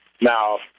Now